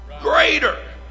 greater